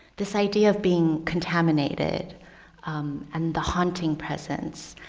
this idea of being contaminated and the haunting presence,